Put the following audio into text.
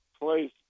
please